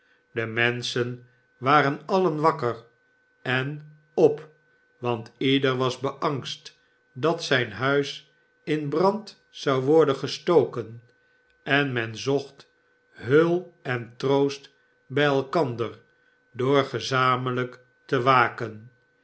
de menschen waren alien wakker en op want ieder wasbeangst dat zijn huis in brand zou worden gestoken en men zocht heulen troost bij elkander door gezamenlijk te waken